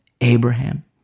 Abraham